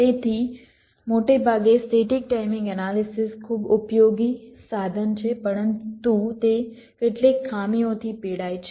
તેથી મોટે ભાગે સ્ટેટિક ટાઈમિંગ એનાલિસિસ ખૂબ ઉપયોગી સાધન છે પરંતુ તે કેટલીક ખામીઓથી પીડાય છે